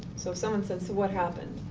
so, someone says what happened?